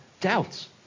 doubts